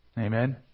Amen